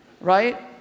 right